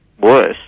worse